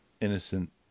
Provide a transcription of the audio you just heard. innocent